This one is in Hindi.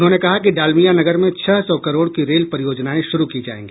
उन्होंने कहा कि डालमियानगर में छह सौ करोड़ की रेल परियोजनाएं शुरू की जायेगी